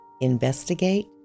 investigate